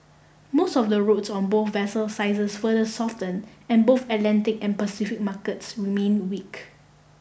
most of the routes on both vessel sizes further soften and both Atlantic and Pacific markets remain weak